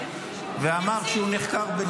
נציב.